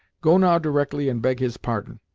go now directly and beg his pardon,